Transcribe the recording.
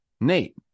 Nate